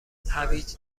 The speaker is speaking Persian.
هویج